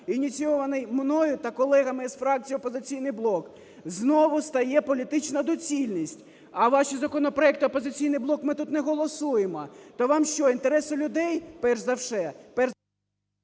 ініційований мною та колегами з фракції "Опозиційний блок"? Знову стає політична доцільність: "А ваші законопроекти, "Опозиційний блок", ми тут не голосуємо". То вам що, інтереси людей перш за все…